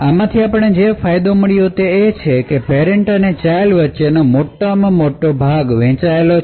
આમાંથી જે ફાયદો મળ્યો છે તે છે કે પેરેંટ અને ચાઇલ્ડ વચ્ચેનો મોટો ભાગ વહેંચાય છે